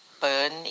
burn